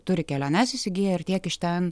turi keliones įsigiję ir tiek iš ten